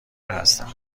هستم